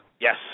Yes